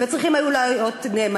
וצריכים היו להיות נאמנים.